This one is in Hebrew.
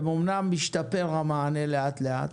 אמנם משתפר המענה לאט, לאט.